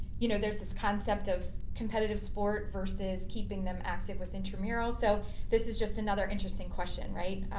you know, there's this concept of competitive sport versus keeping them active with intramural so this is just, another interesting question, right?